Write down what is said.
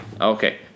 Okay